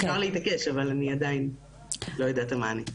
אפשר להתעקש, אבל אני עדיין לא יודעת את המענה.